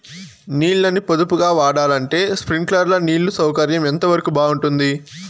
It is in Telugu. నీళ్ళ ని పొదుపుగా వాడాలంటే స్ప్రింక్లర్లు నీళ్లు సౌకర్యం ఎంతవరకు బాగుంటుంది?